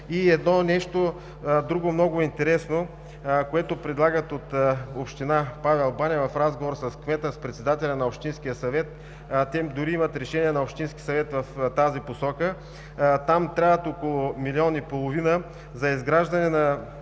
И нещо много интересно, което предлагат от община Павел баня – в разговор с кмета, с председателя на Общинския съвет, дори имат решение на Общинския съвет в тази посока: там трябват около 1,5 млн. за изграждане на